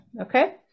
Okay